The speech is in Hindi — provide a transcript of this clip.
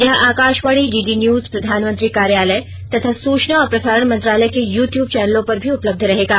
यह आकाशवाणी डीडी न्यूज प्रधानमंत्री कार्यालय तथा सूचना और प्रसारण मंत्रालय के यू ट्यूब चैनलों पर भी उपलब्ध रहेगा